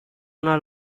una